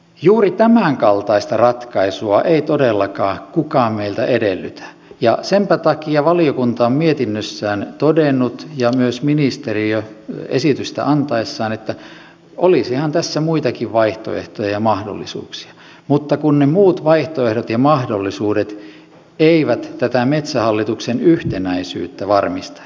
juuri tämänkaltaista ratkaisua ei todellakaan kukaan meiltä edellytä ja senpä takia valiokunta on mietinnössään todennut ja myös ministeriö esitystä antaessaan että olisihan tässä muitakin vaihtoehtoja ja mahdollisuuksia mutta kun ne muut vaihtoehdot ja mahdollisuudet eivät tätä metsähallituksen yhtenäisyyttä varmistaisi